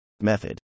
Method